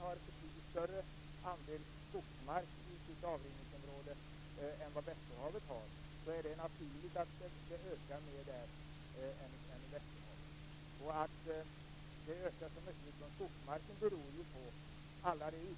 Självfallet är det så, Lennart Brunander, att det också finns andra källor som påverkar närsaltsutsläppet: biltrafik, industrier, reningsverk och annat som finns i området. Men vi skall komma ihåg att man i jordbruket är väl medveten